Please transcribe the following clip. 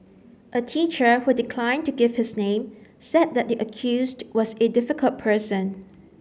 a teacher who declined to give his name said that the accused was a difficult person